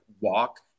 walk